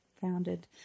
founded